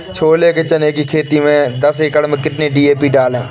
छोले चने की खेती में दस एकड़ में कितनी डी.पी डालें?